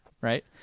right